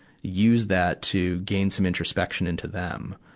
use that to gain some introspection into them.